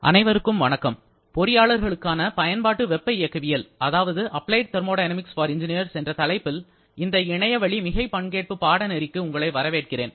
அனைவருக்கும் வணக்கம் பொறியாளர்களுக்கான பயன்பாட்டு வெப்ப இயக்கவியல் அதாவது applied thermodynamics for engineers என்ற தலைப்பில் இந்த இணையவழி மிகை பங்கேற்பு பாடநெறிக்கு உங்களை வரவேற்கிறேன்